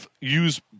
use